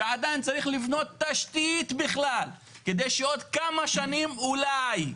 שעדיין צריך לבנות תשית בכלל כדי שעוד כמה שנים אולי.